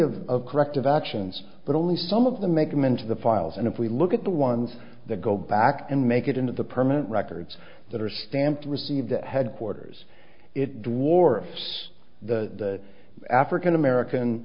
of of corrective actions but only some of them make them into the files and if we look at the ones that go back and make it into the permanent records that are stamped received at headquarters it dwarfs the african american